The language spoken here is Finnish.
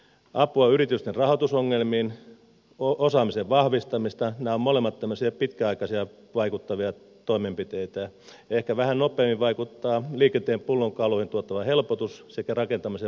apua yritysten rahoitusongelmiin osaamisen vahvistamista nämä ovat molemmat tämmöisiä pitkäaikaisesti vaikuttavia toimenpiteitä ehkä vähän nopeammin vaikuttavat liikenteen pullonkauloihin tuotava helpotus sekä rakentamisen vauhdittaminen